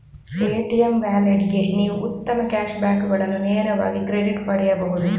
Paytm ವ್ಯಾಲೆಟ್ಗೆ ನೀವು ಉತ್ತಮ ಕ್ಯಾಶ್ ಬ್ಯಾಕುಗಳನ್ನು ನೇರವಾಗಿ ಕ್ರೆಡಿಟ್ ಪಡೆಯಬಹುದು